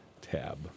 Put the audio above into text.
tab